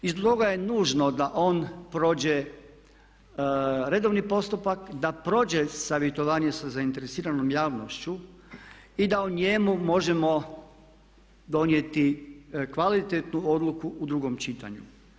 I stoga je nužno da on prođe redovni postupak, da prođe savjetovanje sa zainteresiranom javnošću i da o njemu možemo donijeti kvalitetnu odluku u drugom čitanju.